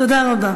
תודה רבה.